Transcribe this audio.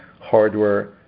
hardware